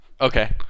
okay